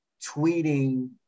tweeting